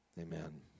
Amen